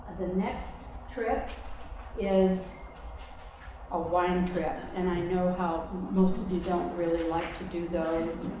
the next trip is a wine trip. and i know how most of you don't really like to do those.